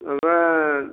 माबा